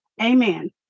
Amen